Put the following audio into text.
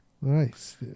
Nice